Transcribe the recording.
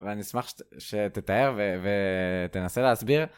ואני אשמח שתתאר ותנסה להסביר.